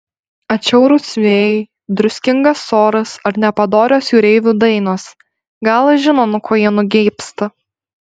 atšiaurūs vėjai druskingas oras ar nepadorios jūreivių dainos galas žino nuo ko jie nugeibsta